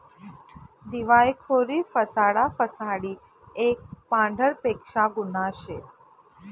दिवायखोरी फसाडा फसाडी एक पांढरपेशा गुन्हा शे